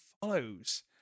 follows